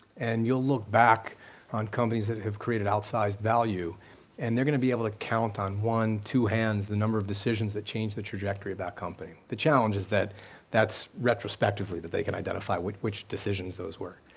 and you'll look back on companies that have created outsized value and they're going to be able to count on one, two hands the number of decisions that changed the trajectory of that company. the challenge is that that's retrospectively that they can identify which which decisions those were.